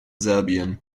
serbien